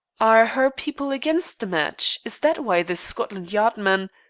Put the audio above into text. are her people against the match? is that why this scotland yard man?